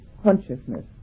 consciousness